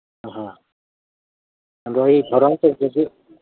ꯑ ꯑ ꯑꯗꯣ ꯑꯩ ꯊꯧꯔꯥꯡ ꯇꯧꯖꯒꯦ